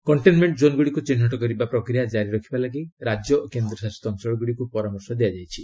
containment କ୍ଷୋନଗୁଡ଼ିକୁ ଚିହ୍ନଟ କରିବା ପ୍ରକ୍ରିୟା ଜାରି ରଖିବାକୁ ରାଜ୍ୟ ଓ କେନ୍ଦ୍ରଶାସିତ ଅଞ୍ଚଳଗୁଡ଼ିକୁ ପରାମର୍ଶ ଦିଆଯାଇଛି